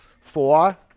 Four